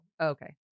Okay